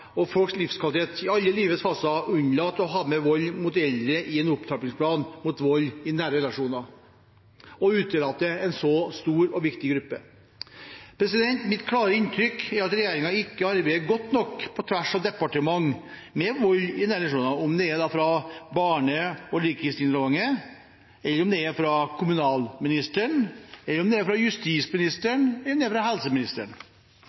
og folks livskvalitet i alle livets faser – unnlate å ha med vold mot eldre i en opptrappingsplan mot vold i nære relasjoner og utelate en så stor og viktig gruppe. Mitt klare inntrykk er at regjeringen ikke arbeider godt nok på tvers av departementene, mot vold i nære relasjoner – om det er Barne- og likestillingsdepartementet, kommunalministeren, justisministeren eller helseministeren. Vi har i fire år etterlyst bedre samhandling om